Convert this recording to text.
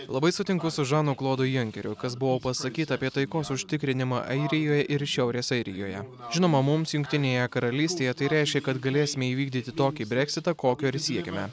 labai sutinku su žanu klodu junkeriu kas buvo pasakyta apie taikos užtikrinimą airijoj ir šiaurės airijoje žinoma mums jungtinėje karalystėje tai reiškia kad galėsime įvykdyti tokį breksitą kokio ir siekiame